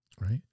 right